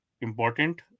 important